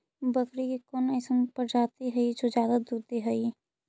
बकरी के कौन अइसन प्रजाति हई जो ज्यादा दूध दे हई?